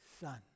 Son